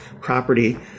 property